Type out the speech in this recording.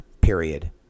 period